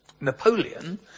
Napoleon